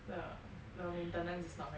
the the maintenance is not very